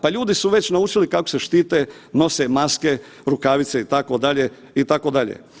Pa ljudi su već naučili kako se štite, nose maske, rukavice, itd., itd.